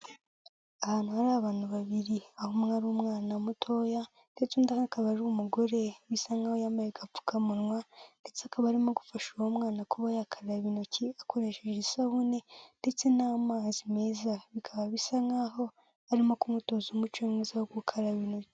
Ahantu hari abantu babiri, aho umwe ari umwana mutoya ndetse undi akaba ari umugore. Bisa nkaho yambaye agapfukamunwa ndetse akaba arimo gufasha uwo mwana kuba yakaraba intoki akoresheje isabune ndetse n'amazi meza. Bikaba bisa nkaho arimo kumutoza umuco mwiza wo gukaraba intoki.